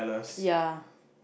yeah